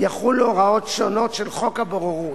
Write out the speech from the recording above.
יחולו הוראות שונות של חוק הבוררות.